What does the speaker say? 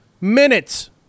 Minutes